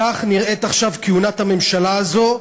כך נראית עכשיו כהונת הממשלה הזו,